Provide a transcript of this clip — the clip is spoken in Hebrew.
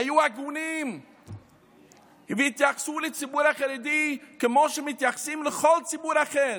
היו הגונים והתייחסו לציבור החרדי כמו שמתייחסים לכל ציבור אחר,